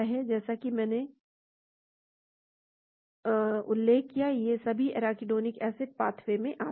जैसा कि मैंने यहां उल्लेख किया है वे सभी एराकिडोनिक एसिड पाथवे में आते हैं